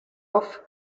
off